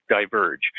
diverge